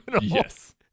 Yes